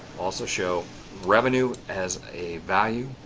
also show revenue as a value.